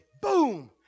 boom